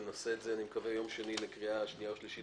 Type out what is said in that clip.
ונעשה את זה אני מקווה ביום שני לקריאה שנייה ושלישית